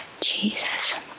Jesus